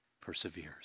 perseveres